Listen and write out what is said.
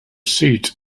seat